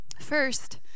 First